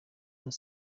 hano